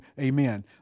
amen